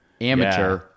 amateur